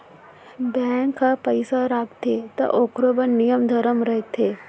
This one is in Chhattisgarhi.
बेंक ह पइसा राखथे त ओकरो बड़ नियम धरम रथे